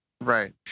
right